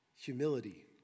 Humility